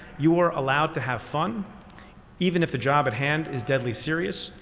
you are allowed to have fun even if the job at hand is deadly serious.